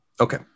Okay